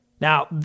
Now